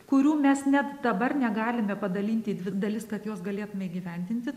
kurių mes net dabar negalime padalinti į dvi dalis kad juos galėtume įgyvendinti